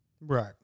Right